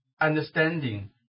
understanding